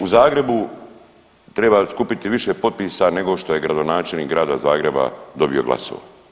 U Zagrebu treba skupiti više potpisa nego što je gradonačelnik Grada Zagreba dobio glasova.